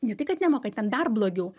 ne tai kad nemoka ten dar blogiau